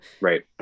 Right